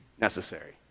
necessary